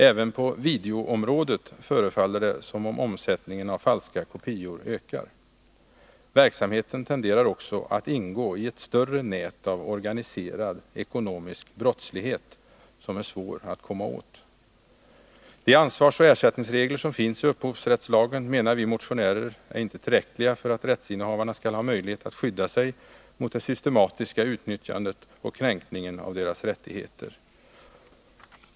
Även på videoområdet förefaller det som om omsättningen av falska kopior ökar. Verksamheten tenderar också att ingå i ett större nät av organiserad ekonomisk brottslighet som är svår att komma åt. De ansvarsoch ersättningsregler som finns i upphovsrättslagen menar vi motionärer inte är tillräckliga för att rättsinnehavarna skall ha möjlighet att skydda sig mot det systematiska utnyttjandet och kränkningen av sina rättigheter.